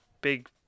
big